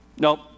Nope